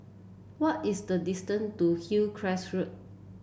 what is the distance to Hillcrest Road